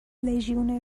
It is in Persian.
لژیونر